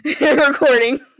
recording